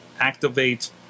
activate